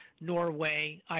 Norway